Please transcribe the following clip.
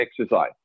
exercise